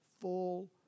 full